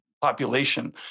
population